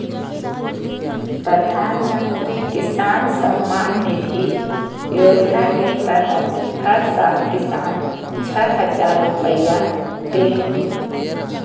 प्रधानमंत्री किसान सम्मान निधि योजना के तहत हर साल किसान, छह हजार रुपैया दे हइ